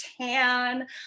tan